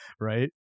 right